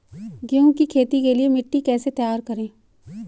गेहूँ की खेती के लिए मिट्टी कैसे तैयार करें?